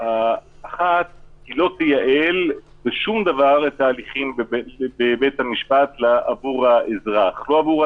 בעייתי בטיעון שלך, כי בסוף הממשלה הגיעה לוועדה